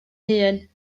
hŷn